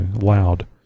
loud